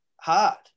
hard